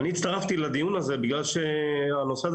אני הצטרפתי לדיון הזה בגלל שהנושא הזה